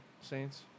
Saints